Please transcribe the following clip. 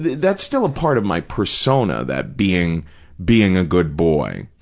that's still a part of my persona, that being being a good boy.